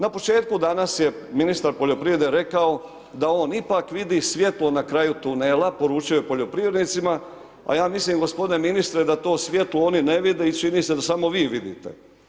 Na početku danas je ministar poljoprivrede rekao da on ipak vidi svjetlo na kraju tunela, poručio je poljoprivrednicima, a ja mislim gospodine ministre da to svjetlo oni ne vide i čini se da samo vi vidite.